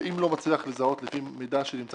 ואם הוא לא מצליח לזהות לפי מידע שנמצא